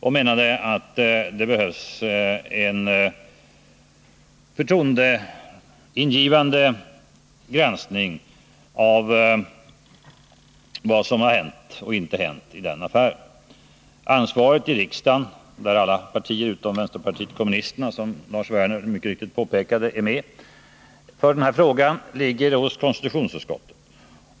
Han menade att det behövs en förtroendeingivande granskning av vad som hänt och inte hänt i denna affär. Ansvaret i riksdagen för denna fråga ligger i konstitutionsutskottet, där alla partier utom vänsterpartiet kommunisterna, som Lars Werner mycket riktigt påpekade, är representerade.